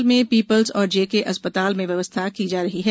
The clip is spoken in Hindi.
भोपाल में पीपुल्स और जेके अस्पताल में व्यवस्था की जा रही है